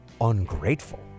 ungrateful